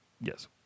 Yes